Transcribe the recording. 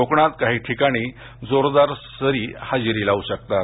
कोकणात काही ठिकाणी जोरदार सरी हजेरी लावू शकतात